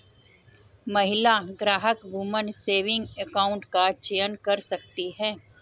महिला ग्राहक woman saving account का चयन कर सकती है